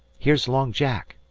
here's long jack.